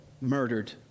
murdered